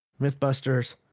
Mythbusters